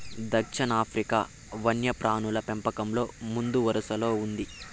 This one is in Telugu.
దక్షిణాఫ్రికా వన్యప్రాణుల పెంపకంలో ముందువరసలో ఉంది